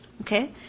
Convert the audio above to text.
okay